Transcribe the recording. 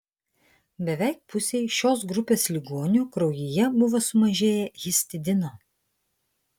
beveik pusei šios grupės ligonių kraujyje buvo sumažėję histidino